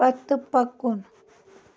پتہٕ پکُن